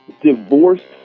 divorced